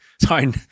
sorry